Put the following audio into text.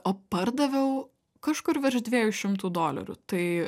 o pardaviau kažkur virš dviejų šimtų dolerių tai